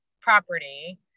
property